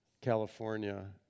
California